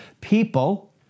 people